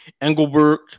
Engelbert